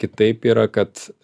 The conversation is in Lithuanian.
kitaip yra kad